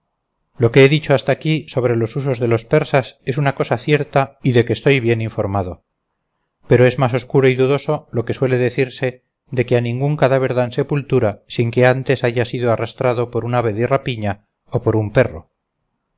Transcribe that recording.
lo que he dicho hasta aquí sobre los usos de los persas es una cosa cierta y de que estoy bien informado pero es más oscuro y dudoso lo que suele decirse de que a ningún cadáver dan sepultura sin que antes haya sido arrastrado por una ave de rapiña o por un perro